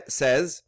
says